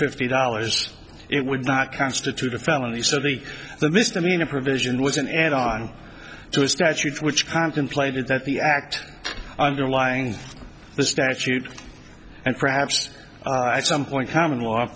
fifty dollars it would not constitute a felony certainly the misdemeanor provision was an add on to a statute which contemplated that the act underlying the statute and perhaps at some point common law